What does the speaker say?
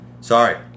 Sorry